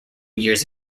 years